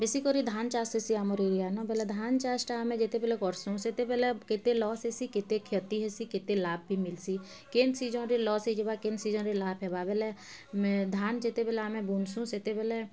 ବେଶୀ କରି ଧାନ୍ ଚାଷ୍ ହେସି ଆମର୍ ଏରିଆରନ ବଲେ ଧାନ୍ ଚାଷ୍ଟା ଆମେ ଯେତେବେଲେ କରସୁଁ ସେତେବେଲେ କେତେ ଲସ୍ ହେସି କେତେ କ୍ଷତି ହେସି କେତେ ଲାଭ୍ ବି ମିଲ୍ସି କେନ୍ ଚିଜରେ ଲସ୍ ହେଇଯିବା କେନ୍ ଚିଜରେ ଲାଭ୍ ହେବା ବେଲେ ମେ ଧାନ୍ ଯେତେବେଲେ ଆମେ ବୁଣସୁଁ ସେତେବେଲେ